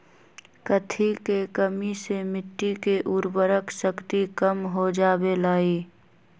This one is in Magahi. कथी के कमी से मिट्टी के उर्वरक शक्ति कम हो जावेलाई?